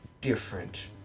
different